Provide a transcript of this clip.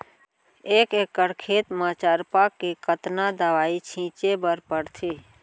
एक एकड़ खेत म चरपा के कतना दवई छिंचे बर पड़थे?